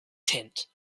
tent